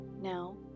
Now